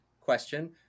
question